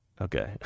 Okay